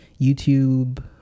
YouTube